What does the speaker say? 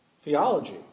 theology